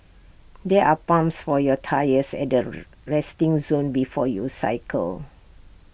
there are pumps for your tyres at the resting zone before you cycle